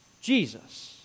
Jesus